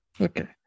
okay